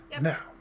Now